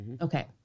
Okay